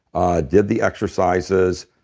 ah did the exercises.